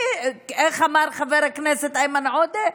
איך אמר חבר הכנסת איימן עודה?